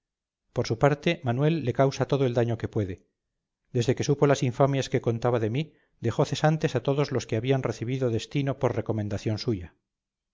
por su parte manuel le causa todo el daño que puede desde que supo las infamias que contaba de mí dejó cesantes a todos los que habían recibido destino por recomendación suya